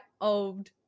old